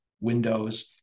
windows